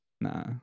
Nah